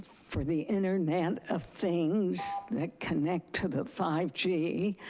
for the internet of things that connect to the five g.